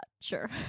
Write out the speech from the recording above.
Sure